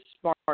smart